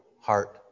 heart